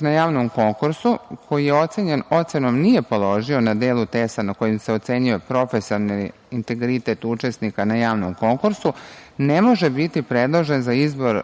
na javnom konkursu koji je ocenjen ocenom „nije položio“ na delu testa na kojem se ocenjuje profesionalni integritet učesnika na javnom konkursu ne može biti predložen za izbor